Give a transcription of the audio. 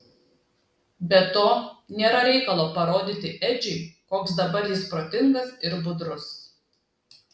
be to nėra reikalo parodyti edžiui koks dabar jis protingas ir budrus